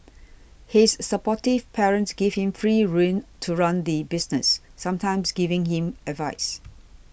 his supportive parents gave him free rein to run the business sometimes giving him advice